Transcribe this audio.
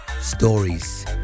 stories